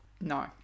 No